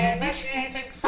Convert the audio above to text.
Initiating